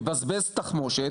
לבזבז תחמושת.